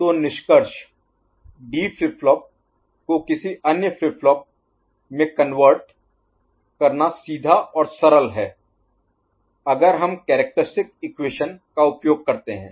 तो निष्कर्ष D flip flop को किसी अन्य फ्लिप फ्लॉप में कन्वर्ट Convert बदलना करना सीधा और सरल है अगर हम कैरेक्टरिस्टिक इक्वेशन का उपयोग करते हैं